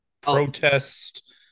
protest